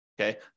okay